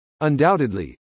Undoubtedly